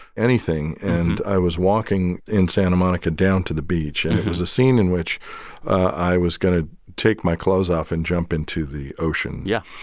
anything. and i was walking in santa monica down to the beach. and it was a scene in which i was going to take my clothes off and jump into the ocean. yeah.